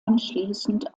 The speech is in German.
anschließend